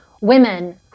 women